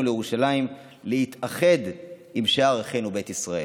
לירושלים להתאחד עם שאר אחינו בית ישראל.